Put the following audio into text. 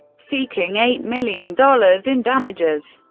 seeking eight million dollars in damages.